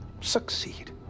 Succeed